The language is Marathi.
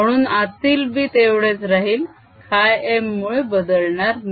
म्हणून आतील b तेवढेच राहील χm मुळे बदलणार नाही